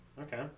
Okay